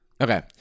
Okay